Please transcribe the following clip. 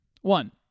One